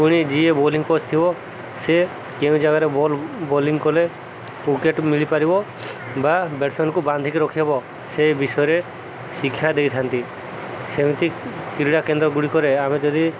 ପୁଣି ଯିଏ bowling coach ଥିବ ସେ କେଉଁ ଜାଗାରେ ବଲ ବୋଲିଂ କଲେ ୱିକେଟ ମିଳିପାରିବ ବା ବ୍ୟାଟ୍ସମ୍ୟାନକୁ ବାନ୍ଧିକି ରଖିହବ ସେ ବିଷୟରେ ଶିକ୍ଷା ଦେଇଥାନ୍ତି ସେମିତି କ୍ରୀଡ଼ାକେନ୍ଦ୍ର ଗୁଡ଼ିକରେ ଆମେ ଯଦି